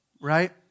right